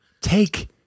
take